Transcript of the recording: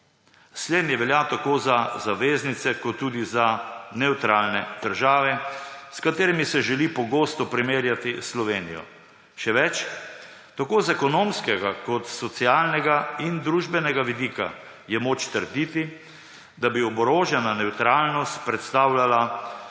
Slednje velja tako za zaveznice kot tudi za nevtralne težave, s katerimi se želi pogosto primerjati s Slovenijo. Še več. Tako z ekonomskega kot socialnega in družbenega vidika je moč trditi, da bi oborožena nevtralnost predstavljala